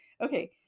Okay